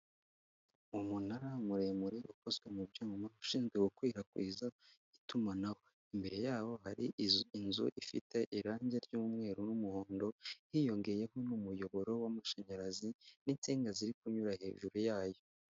Umunara muremure ukozwe mu cyuma, ushinzwe gukwirakwiza itumanaho, imbere yaho hari inzu ifite irangi ry'umweru n'umuhondo, hiyongeyeho n'umuyoboro w'amashanyarazi n'insinga ziri kunyura hejuru yayo.